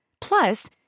Plus